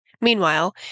Meanwhile